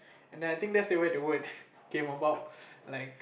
and then I think that's the way the word came about like